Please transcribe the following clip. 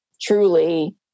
truly